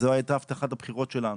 זו הייתה הבטחת הבחירות שלנו.